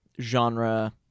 genre